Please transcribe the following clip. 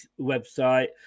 website